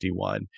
51